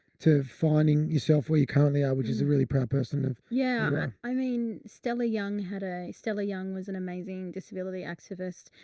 to finding yourself where you currently, i would just really proud person carly yeah. i mean, stella young had a, stella young was an amazing disability activist,